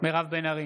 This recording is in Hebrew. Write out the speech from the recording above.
מירב בן ארי,